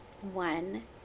One